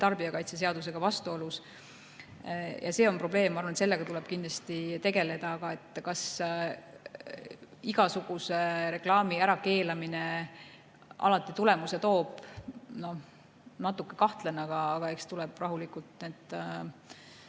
tarbijakaitseseadusega juba vastuolus. See on probleem ja ma arvan, et sellega tuleb kindlasti tegeleda. Kas igasuguse reklaami ärakeelamine alati tulemuse toob? Natuke kahtlen. Aga eks tuleb rahulikult